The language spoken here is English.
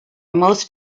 most